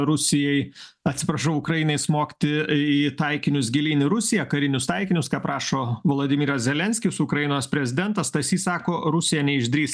rusijai atsiprašau ukrainai smogti į taikinius gilyn į rusiją karinius taikinius ką prašo volodimiras zelenskis ukrainos prezidentas stasys sako rusija neišdrįs